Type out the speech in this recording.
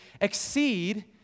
exceed